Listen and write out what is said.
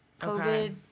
COVID